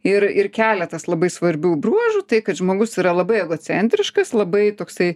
ir ir keletas labai svarbių bruožų tai kad žmogus yra labai egocentriškas labai toksai